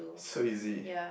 so easy